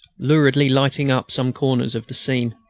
luridly lighting up some corners of the scene.